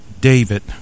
David